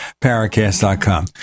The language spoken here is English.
Paracast.com